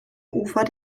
ufer